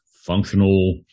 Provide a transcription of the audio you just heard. functional